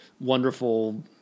wonderful